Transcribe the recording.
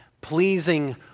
pleasing